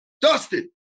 Dustin